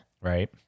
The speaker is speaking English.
Right